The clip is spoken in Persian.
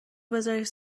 بزارش